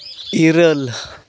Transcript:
ᱤᱨᱟᱹᱞ